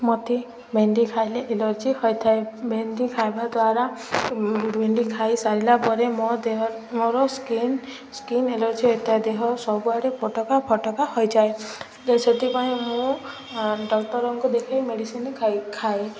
ମୋତେ ଭେଣ୍ଡି ଖାଇଲେ ଏଲର୍ଜି ହୋଇଥାଏ ଭେଣ୍ଡି ଖାଇବା ଦ୍ୱାରା ଭେଣ୍ଡି ଖାଇ ସାରିଲା ପରେ ମୋ ଦେହ ମୋର ସ୍କିନ୍ ସ୍କିନ୍ ଏଲର୍ଜି ହୋଇଥାଏ ଦେହ ସବୁଆଡ଼େ ଫୋଟକା ଫୋଟକା ହୋଇଯାଏ ସେଥିପାଇଁ ମୁଁ ଡକ୍ଟରଙ୍କୁ ଦେଖାଇ ମେଡ଼ିସିନ ଖାଇ ଖାଏ